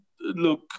look